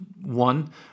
One